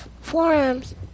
Forearms